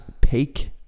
peak